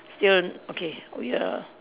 still okay we are